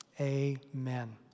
amen